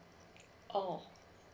oh